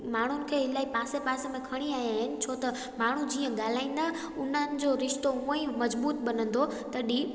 माण्हुनि खे इलाही पासे पासे में खणी आहियां आहिनि छो त माण्हू जीअं ॻाल्हाईंदा उन्हनि जो रिश्तो उअई मज़बूतु बनंदो तॾहिं